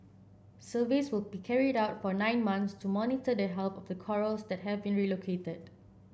surveys will be carried out for nine months to monitor the health of the corals that have been relocated